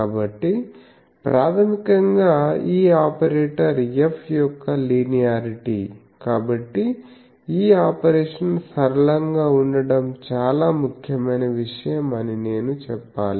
కాబట్టి ప్రాథమికంగా ఈ ఆపరేటర్ F యొక్క లీనియారిటీ కాబట్టి ఈ ఆపరేషన్ సరళంగా ఉండటం చాలా ముఖ్యమైన విషయం అని నేను చెప్పాలి